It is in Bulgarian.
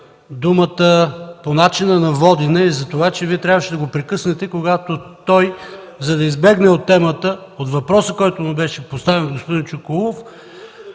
думата по начина на водене е затова, че Вие трябваше да го прекъснете, когато той, за да избегне въпроса, който му беше поставен от господин Чуколов,